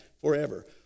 forever